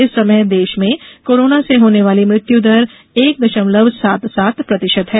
इस समय देश में कोरोना से होने वाली मृत्यु दर एक दशमलव सात सात प्रतिशत है